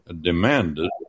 demanded